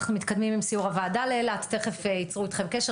אנחנו מתקדמים עם סיור הוועדה לאילת תכף יצרו איתכם קשר